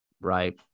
Right